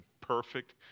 Perfect